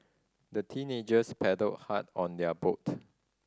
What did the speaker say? the teenagers paddled hard on their boat